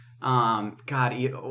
God